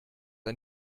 ein